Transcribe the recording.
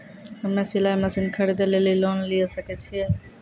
हम्मे सिलाई मसीन खरीदे लेली लोन लिये सकय छियै?